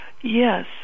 Yes